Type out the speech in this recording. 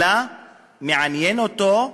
אלא מעניין אותם,